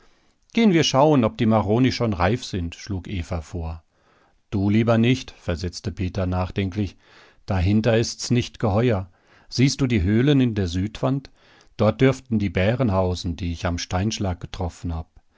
gehen wir schauen ob die maroni schon reif sind schlug eva vor du lieber nicht versetzte peter nachdenklich dahinter ist's nicht geheuer siehst du die höhlen in der südwand dort dürften die bären hausen die ich am steinschlag getroffen hab